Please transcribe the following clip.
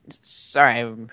sorry